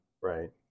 Right